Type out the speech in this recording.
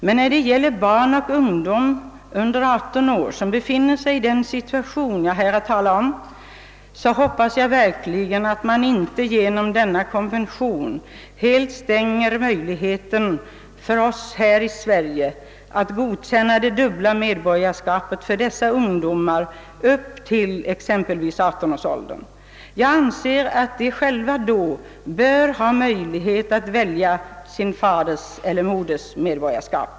Men när det gäller barn och ungdom under 18 år, som befinner sig i den situation jag här har talat om, hoppas jag verkligen att man inte genom denna konvention helt stänger möjligheten för oss i Sverige att godkänna det dubbla medborgarskapet för dem, upp till exempelvis 18 års ålder. Jag anser att de själva då bör ha möjlighet att välja sin faders eller moders medborgarskap.